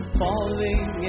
falling